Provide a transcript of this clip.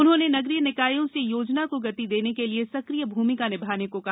उन्होंने नगरीय निकायों से योजना को गति देने के लिये सक्रिय भूमिका निभाने को कहा